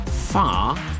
far